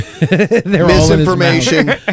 Misinformation